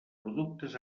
productes